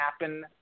happen